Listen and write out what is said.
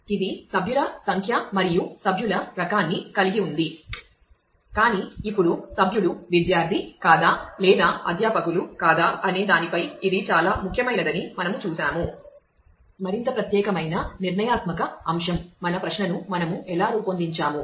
ఇది సభ్యుల సంఖ్య మరియు సభ్యుల రకాన్ని కలిగి ఉంది కాని ఇప్పుడు సభ్యుడు విద్యార్ధి కాదా లేదా అధ్యాపకులు కాదా అనే దానిపై ఇది చాలా ముఖ్యమైనదని మనము చూశాము మరింత ప్రత్యేకమైన నిర్ణయాత్మక అంశం మన ప్రశ్నను మనము ఎలా రూపొందించాము